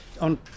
on